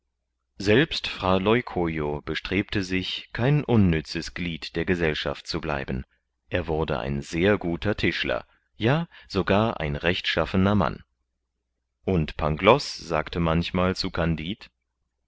selbst fra leucojo bestrebte sich kein unnützes glied der gesellschaft zu bleiben er wurde ein sehr guter tischler ja sogar ein rechtschaffner mann und pangloß sagte manchmal zu kandid